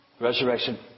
Resurrection